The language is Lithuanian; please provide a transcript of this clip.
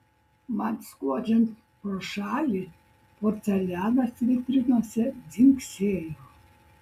man skuodžiant pro šalį porcelianas vitrinose dzingsėjo